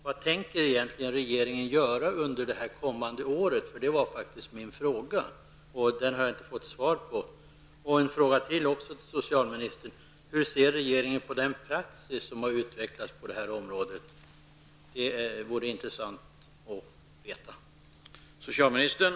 Vad tänker regeringen göra under det kommande året? Det var min fråga som jag inte har fått svar på. Hur ser regeringen på den praxis som har utvecklats på området? Det vore intressant att få veta.